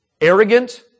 arrogant